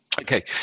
Okay